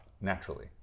naturally